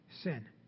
sin